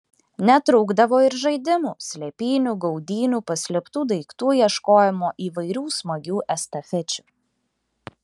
netrūkdavo ir žaidimų slėpynių gaudynių paslėptų daiktų ieškojimo įvairių smagių estafečių